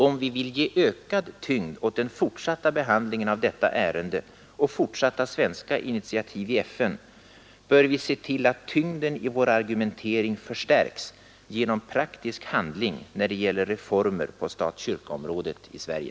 Om vi vill främja den fortsatta behandlingen av detta ärende och fortsatta svenska initiativ i FN, bör vi se till att tyngden i vår argumentering förstärks genom praktisk handling när det gäller reformer på stat—kyrkaområdet i Sverige.